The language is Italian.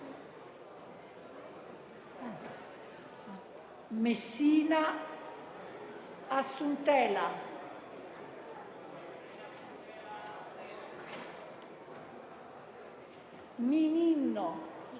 Messina Assuntela, Mininno,